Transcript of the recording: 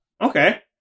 okay